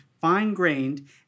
fine-grained